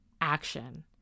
action